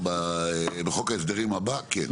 בחוק ההסדרים הבא, כן.